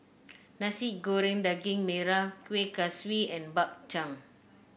Nasi Goreng Daging Merah Kueh Kaswi and Bak Chang